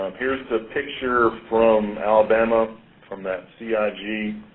um here's the picture from alabama from that cig,